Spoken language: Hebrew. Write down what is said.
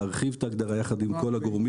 להרחיב את ההגדרה יחד עם כל הגורמים.